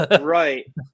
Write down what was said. right